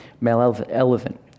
malevolent